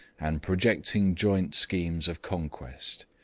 and projecting joint schemes of conquest.